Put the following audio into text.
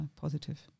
positive